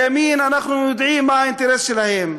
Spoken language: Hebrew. הימין, אנחנו יודעים מה האינטרס שלהם.